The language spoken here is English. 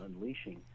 unleashing